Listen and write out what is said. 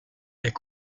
est